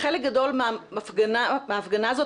חלק גדול מההפגנה הזאת,